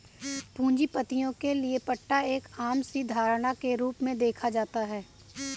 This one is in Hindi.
पूंजीपतियों के लिये पट्टा एक आम सी धारणा के रूप में देखा जाता है